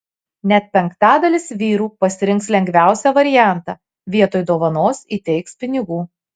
net penktadalis vyrų pasirinks lengviausią variantą vietoj dovanos įteiks pinigų